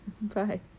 Bye